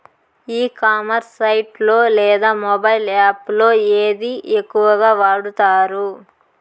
ఈ commerce site లో లేదా మొబైల్ యాప్ లో ఏది ఎక్కువగా వాడుతారు?